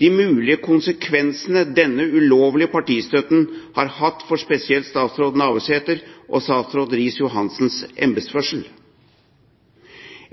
de mulige konsekvensene denne ulovlige partistøtten har hatt for spesielt statsråd Navarsete og statsråd Riis-Johansens embetsførsel.